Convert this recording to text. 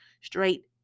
straight